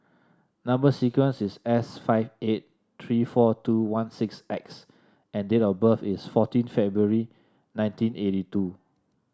number sequence is S five eight three four two one six X and date of birth is fourteen February nineteen eighty two